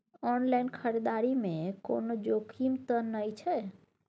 Online खरीददारी में कोनो जोखिम त नय छै?